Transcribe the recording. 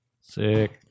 Sick